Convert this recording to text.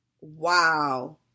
Wow